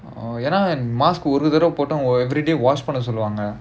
oh ya lah and mask ஒரு தடவை போட்ட:oru thadava potta everyday wash பண்ண சொல்லுவாங்க:panna solluvaanga